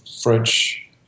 French